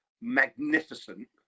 magnificent